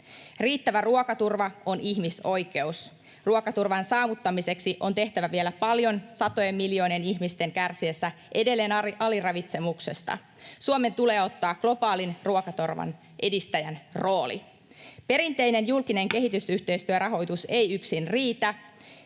Riittävä ruokaturva on ihmisoikeus. Ruokaturvan saavuttamiseksi on tehtävä vielä paljon satojen miljoonien ihmisten kärsiessä edelleen aliravitsemuksesta. Suomen tulee ottaa globaalin ruokaturvan edistäjän rooli. Perinteinen julkinen kehitysyhteistyörahoitus ei yksin riitä.